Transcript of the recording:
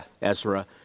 Ezra